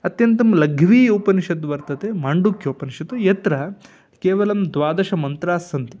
अत्यन्तं लघ्वी उपनिषद्वर्तते माण्डूक्योपनिषत् यत्र केवलं द्वादश मन्त्रास्सन्ति